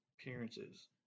appearances